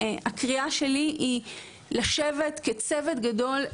הקריאה שלי היא לשבת כצוות גדול.